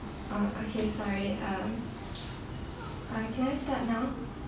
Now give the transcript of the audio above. uh okay sorry um can I start now